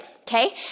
okay